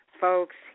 Folks